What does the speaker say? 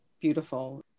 beautiful